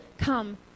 come